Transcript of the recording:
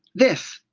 this!